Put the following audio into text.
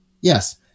Yes